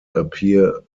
appear